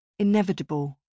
Inevitable